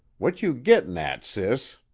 what you gittin' at, sis?